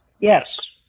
Yes